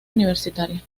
universitaria